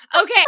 Okay